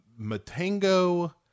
Matango